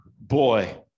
boy